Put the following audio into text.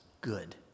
good